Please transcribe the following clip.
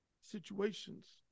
situations